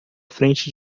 frente